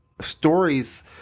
stories